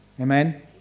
Amen